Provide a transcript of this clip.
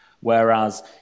Whereas